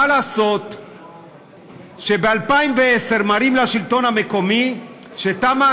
מה לעשות שב-2010 מראים לשלטון המקומי שתמ"א